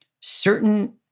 certain